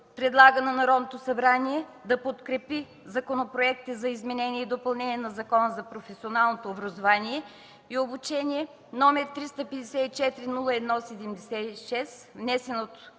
Предлага на Народното събрание да подкрепи законопроектите за изменение и допълнение на Закона за професионалното образование и обучение, № 354-01-76, внесен от